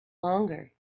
longer